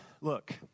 Look